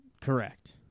Correct